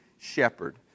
shepherd